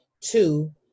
two